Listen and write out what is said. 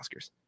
Oscars